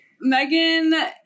Megan